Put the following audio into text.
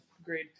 Agreed